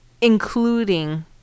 including